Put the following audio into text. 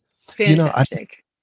Fantastic